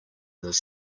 this